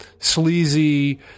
Sleazy